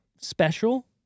special